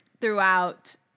Throughout